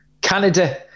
Canada